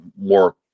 more